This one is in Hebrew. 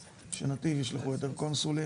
ש"נתי"ב" ישלחו את הקונסולים,